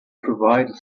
provided